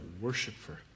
worshiper